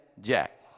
Jack